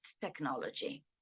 technology